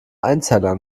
einzellern